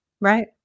Right